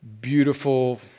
beautiful